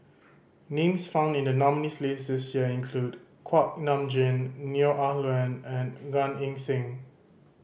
names found in the nominees' list this year include Kuak Nam Jin Neo Ah Luan and Gan Eng Seng